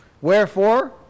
Wherefore